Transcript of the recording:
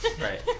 right